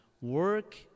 work